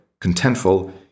Contentful